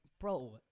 bro